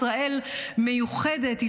ישראל מיוחדת,